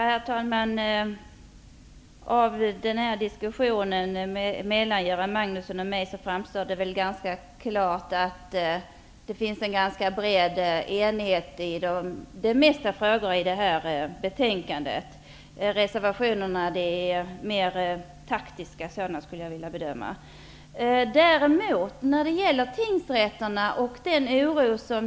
Herr talman! Av denna diskussion mellan Göran Magnusson och mig framstår det klart att det finns en bred enighet rörande de flesta frågorna i betänkandet. Reservationerna är mera av taktiskt slag.